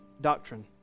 doctrine